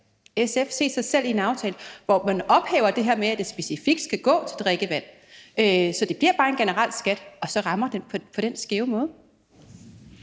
SF se sig selv i en aftale, hvor man ophæver det her med, at det specifikt skal gå til drikkevand? Så det bliver bare en generel skat, og den rammer så på den skæve måde.